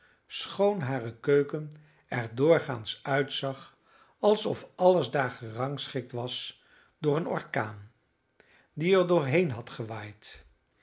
kwam schoon hare keuken er doorgaans uitzag alsof alles daar gerangschikt was door een orkaan die er doorheen had gewaaid